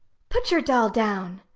put your doll down!